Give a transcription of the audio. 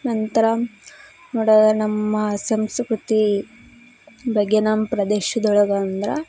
ನಂತರ ನೋಡೊದಾರೆ ನಮ್ಮ ಸಂಸ್ಕೃತಿ ಬಗ್ಗೆ ನಮ್ಮ ಪ್ರದೇಶ್ದೊಳಗೆ ಅಂದ್ರೆ